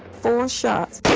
four shots.